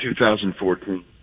2014